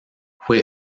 fue